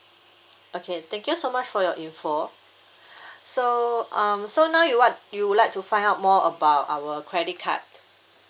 okay thank you so much for your info so um so now you what you would like to find out more about our credit card